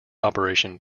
operation